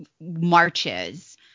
marches